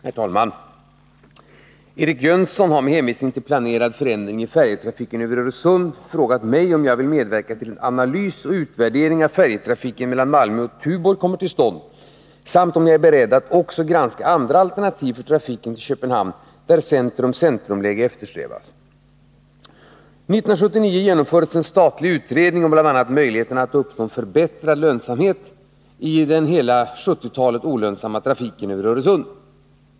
Herr talman! Eric Jönsson har, med hänvisning till planerad förändring i färjetrafiken över Öresund, frågat mig om jag vill medverka till att en analys och utvärdering av färjetrafiken mellan Malmö och Tuborg kommer till stånd samt om jag är beredd att också granska andra alternativ för trafiken till Köpenhamn där centrum/centrumläge eftersträvas. Under år 1979 genomfördes en statlig utredning om bl.a. möjligheterna att uppnå en förbättrad lönsamhet i den under hela 1970-talet olönsamma trafiken över Öresund.